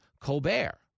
Colbert